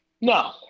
No